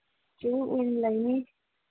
ꯆꯨꯔꯨꯞ ꯋꯤꯟ ꯂꯩꯅꯤ